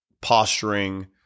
posturing